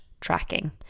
tracking